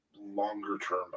longer-term